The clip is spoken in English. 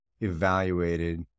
evaluated